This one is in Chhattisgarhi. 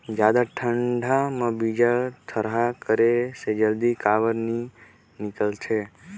जादा ठंडा म बीजा थरहा करे से जल्दी काबर नी निकलथे?